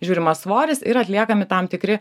žiūrimas svoris ir atliekami tam tikri